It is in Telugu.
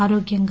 ఆరోగ్యంగా